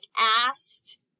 asked